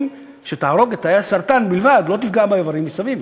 שתהרוג את תאי הסרטן בלבד ולא תפגע באיברים מסביב,